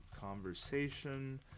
conversation